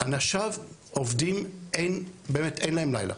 אנשיו עובדים אין להם לילה,